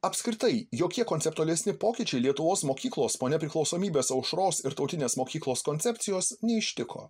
apskritai jokie konceptualesni pokyčiai lietuvos mokyklos po nepriklausomybės aušros ir tautinės mokyklos koncepcijos neištiko